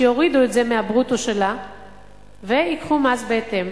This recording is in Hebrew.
שיורידו את זה מהברוטו שלה וייקחו מס בהתאם.